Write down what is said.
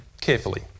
carefully